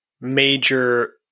major